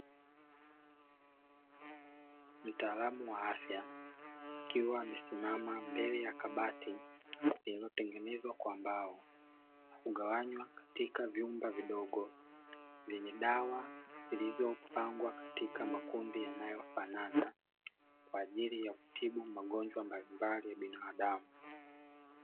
Mtaalamu wa afya akiwa amesimama mbele ya kabati lililotengenezwa kwa mbao na kugawanywa katika vyumba vidogo, vyenye dawa zilizopangwa katika makundi yanayofanana kwa ajili ya kutibu magonjwa mbalimbali ya binadamu.